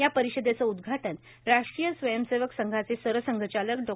या परिषदेचे उद्घाटन राष्ट्रीय स्वयंसेवक संघाचे सरसंघचालक डॉ